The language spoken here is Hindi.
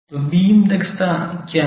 तो बीम दक्षता क्या है